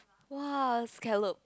!wah! scallop